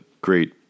great